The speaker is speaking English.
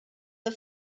the